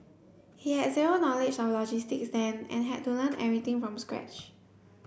he had zero knowledge of logistics then and had to learn everything from scratch